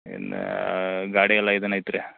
ಇಲ್ಲಾ ಗಾಡಿ ಎಲ್ಲ ಇದನ್ನ ಐತ್ರಿ